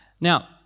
Now